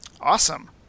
Awesome